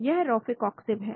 यह रोफैकॉक्सिब है